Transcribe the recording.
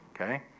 Okay